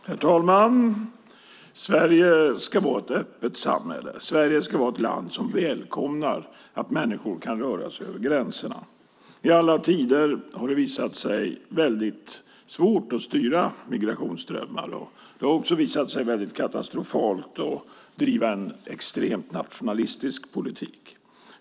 Herr talman! Sverige ska vara ett öppet samhälle. Sverige ska vara ett land som välkomnar att människor kan röra sig över gränserna. I alla tider har det visat sig svårt att styra migrationsströmmar. Det har också visat sig vara katastrofalt att driva en extremt nationalistisk politik.